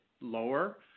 lower